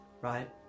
right